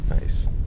Nice